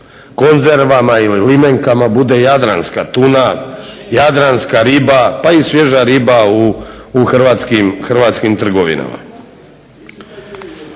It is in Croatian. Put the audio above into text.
konzervama ili limenkama bude jadranska tuna, jadranska riba, pa i svježa riba u hrvatskim trgovinama.